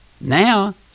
now